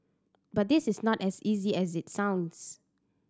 but this is not as easy as it sounds